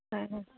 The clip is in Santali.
ᱦᱮᱸ ᱦᱮᱸ